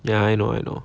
ya I know I know